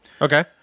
Okay